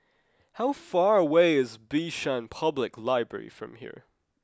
how far away is Bishan Public Library from here